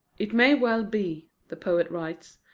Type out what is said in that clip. it may well be, the poet writes,